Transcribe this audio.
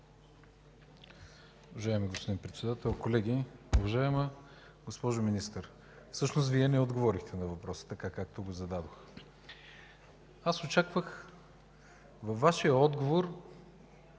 Уважаеми господин Председател, колеги! Уважаема госпожо Министър, всъщност Вие не отговорихте на въпроса така, както го зададох. Аз очаквах във Вашия отговор